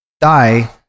die